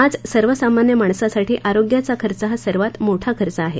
आज सर्वसामान्य माणसासाठी आरोग्याचा खर्च हा सर्वात मोठा खर्च आहे